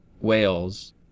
Wales